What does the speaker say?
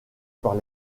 par